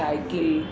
cycle